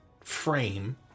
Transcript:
frame